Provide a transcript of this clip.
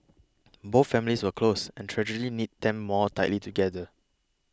both families were close and tragedy knit them more tightly together